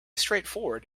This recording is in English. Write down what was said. straightforward